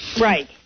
right